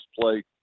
play